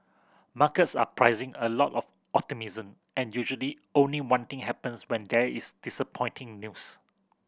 markets are pricing a lot of optimism and usually only one thing happens when there is disappointing news